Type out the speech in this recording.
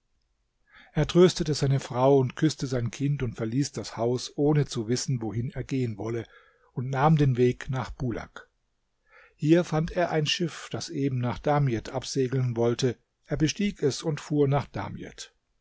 er tröstete seine frau und küßte sein kind und verließ das haus ohne zu wissen wohin er gehen wolle und nahm den weg nach bulak hier fand er ein schiff das eben nach damiet absegeln wollte er bestieg es und fuhr nach damiet